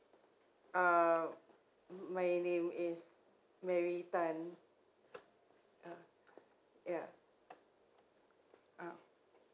uh my name is mary tan uh ya uh